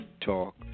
Talk